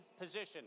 position